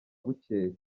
bukeye